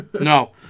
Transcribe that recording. No